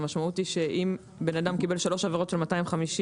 המשמעות היא שאם בן אדם קיבל שלוש עבירות של 250,